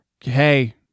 Hey